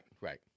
right